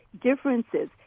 differences